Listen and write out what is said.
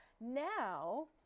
now